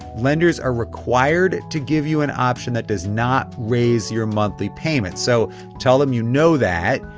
lenders are required to give you an option that does not raise your monthly payments. so tell them you know that.